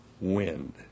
wind